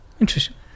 Interesting